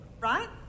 right